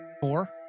Four